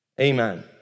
Amen